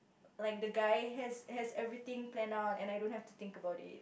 like the guy has has everything planned out and I don't have to think about it